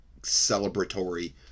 celebratory